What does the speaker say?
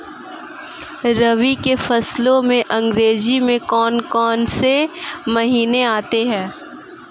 रबी के मौसम में अंग्रेज़ी के कौन कौनसे महीने आते हैं?